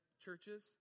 churches